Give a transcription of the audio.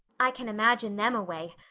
i can imagine them away.